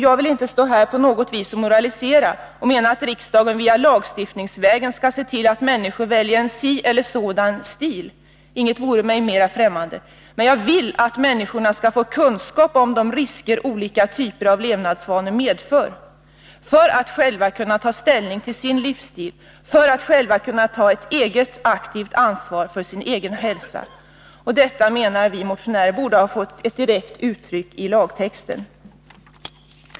Jag vill inte stå här och på något sätt moralisera och mena att riksdagen lagstiftningsvägen skall se till att människan väljer den ena eller andra livsstilen — inget vore mig mer främmande — men jag vill att människorna skall få kunskap om de risker som olika typer av levnadsvanor medför, för att de själva skall kunna ta ställning till sin livsstil, för att själva kunna ta ett eget, aktivt ansvar för sin egen hälsa. Detta menar vi motionärer borde ha fått ett tydligt uttryck i lagtexten.